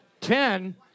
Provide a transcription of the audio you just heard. ten